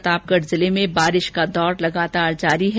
प्रतापगढ जिले में बारिश का दौर लगातार भी जारी है